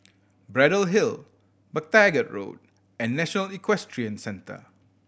Braddell Hill MacTaggart Road and National Equestrian Centre